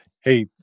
hey